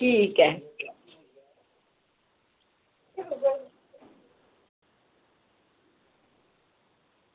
ठीक ऐ